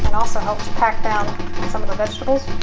and also helps pack down some of the vegetables